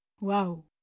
Wow